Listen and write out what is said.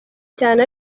cyane